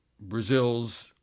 Brazil's